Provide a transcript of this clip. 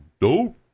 dope